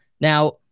now